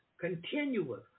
continuous